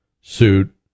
suit